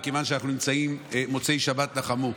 מכיוון שאנחנו נמצאים במוצאי שבת נחמו,